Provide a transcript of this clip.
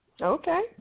Okay